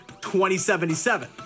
2077